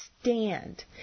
stand